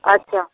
अच्छा